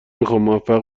میخوامموفق